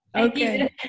okay